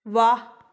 ਵਾਹ